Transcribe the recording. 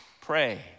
pray